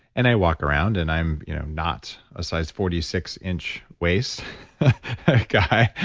and i walk around, and i'm you know not a size forty six inch waist guy,